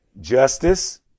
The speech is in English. justice